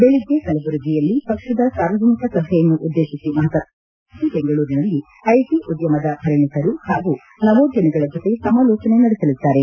ಬೆಳಿಗ್ಗೆ ಕಲಬುರಗಿಯಲ್ಲಿ ಪಕ್ಷದ ಸಾರ್ವಜನಿಕ ಸಭೆಯನ್ನು ಉದ್ದೇಶಿಸಿ ಮಾತನಾಡುವ ಅವರು ಸಂಜೆ ಬೆಂಗಳೂರಿನಲ್ಲಿ ಐಟಿ ಉದ್ದಮದ ಪರಿಣಿತರು ಹಾಗೂ ನವೋದ್ದಮಿಗಳ ಜೊತೆ ಸಮಾಲೋಚನೆ ನಡೆಸಲಿದ್ದಾರೆ